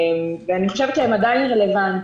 ואני חושבת שהם עדיין רלבנטיים.